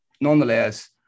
nonetheless